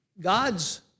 God's